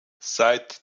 seit